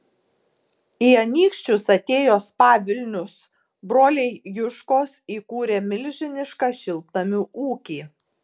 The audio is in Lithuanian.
į anykščius atėjo spa vilnius broliai juškos įkūrė milžinišką šiltnamių ūkį